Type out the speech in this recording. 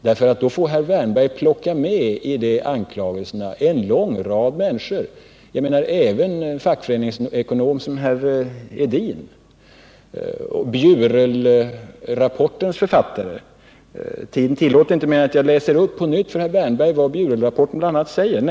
Då får herr Wärnberg plocka med i den anklagelsen en lång rad människor, även en fackföreningsekonom såsom herr Edin och Bjurelrapportens författare. Tiden tillåter inte att jag på nytt läser upp för herr Wärnberg allt vad Bjurelrapporten säger.